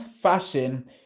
fashion